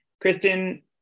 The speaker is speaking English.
Kristen